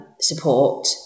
support